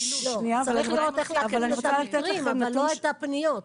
צריך לראות איך --- אבל לא את הפניות.